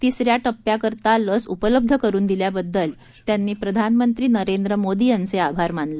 तिसऱ्या प्प्याकरता लस उपलब्ध करून दिल्याबद्दल त्यांनी प्रधानमंत्री नरेंद्र मोदी यांचे आभार मानले